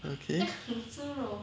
okay